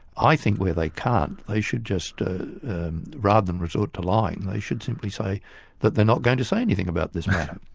i think where they can't they should just rather than resort to lying, and they should simply say that they're not going to say anything about this matter.